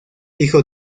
hijo